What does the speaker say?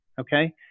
okay